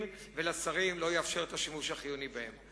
ולשרים לא יאפשר את השימוש החיוני בהם.